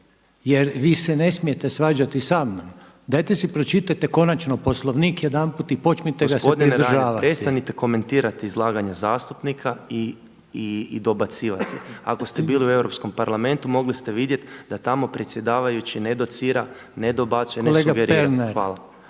jer vi se ne smijete svađati samnom. Dajte si pročitajte konačno Poslovnik jedanput i počnite ga se pridržavati. **Pernar, Ivan (Živi zid)** Gospodine Reiner, prestanite komentirati izlaganja zastupnika i dobacivati. Ako ste bili u Europskom parlamentu mogli ste vidjeti da tamo predsjedavajući ne docira, ne dobacuje, ne sugerira. Hvala.